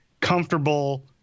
comfortable